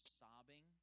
sobbing